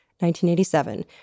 1987